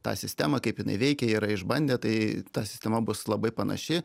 tą sistemą kaip jinai veikia yra išbandę tai ta sistema bus labai panaši